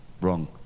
wrong